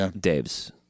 Dave's